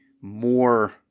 more